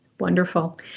Wonderful